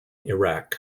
iraq